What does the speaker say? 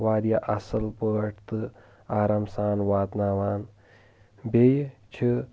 واریاہ اصل پٲٹھۍ تہٕ آرام سان واتناوان بیٚیہِ چھِ